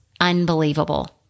unbelievable